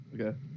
Okay